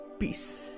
peace